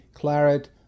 Claret